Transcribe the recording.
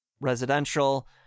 residential